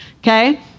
Okay